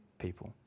people